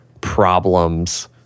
problems